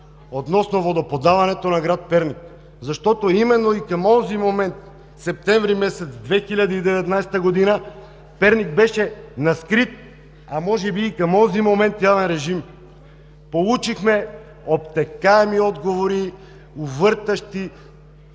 относно водоподаването на град Перник. Защото именно и към онзи момент месец септември 2019 г. Перник беше на скрит, а може би и към онзи момент – явен режим. Получихме обтекаеми отговори, увъртащи,